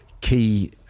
key